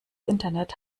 internet